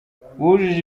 wujuje